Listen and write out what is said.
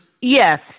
Yes